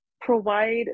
provide